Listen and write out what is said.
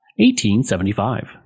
1875